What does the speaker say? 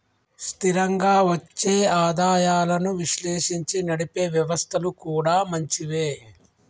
స్థిరంగా వచ్చే ఆదాయాలను విశ్లేషించి నడిపే వ్యవస్థలు కూడా మంచివే